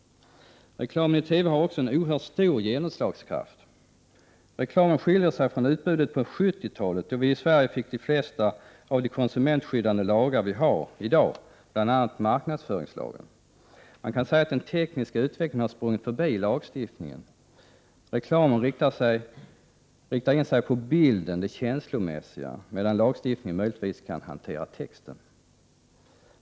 Reklamen i TV har också en oerhört stor genomslagskraft. Reklamen skiljer sig från utbudet på 70-talet, då vi i Sverige fick de flesta av de konsumentskyddande lagar som vi har i dag, bl.a. marknadsföringslagen. Man kan säga att den tekniska utvecklingen har sprungit förbi lagstiftningen. Reklamen riktar in sig på bilden, det känslomässiga, medan lagstiftningen möjligtvis kan hantera texten.